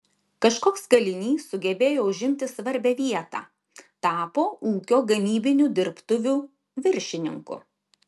kažkoks kalinys sugebėjo užimti svarbią vietą tapo ūkio gamybinių dirbtuvių viršininku